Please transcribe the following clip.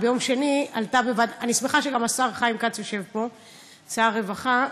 אני שמחה שגם השר חיים כץ יושב פה, שר הרווחה.